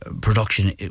production